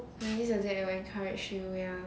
maybe your dad wants to encourage you ya